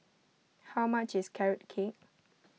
how much is Carrot Cake